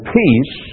peace